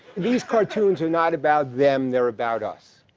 these cartoons are not about them. they're about us.